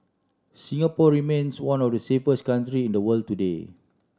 Singapore remains one of the safest countries in the world today